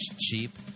cheap